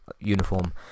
uniform